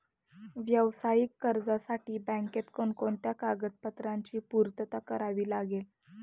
व्यावसायिक कर्जासाठी बँकेत कोणकोणत्या कागदपत्रांची पूर्तता करावी लागते?